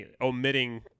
omitting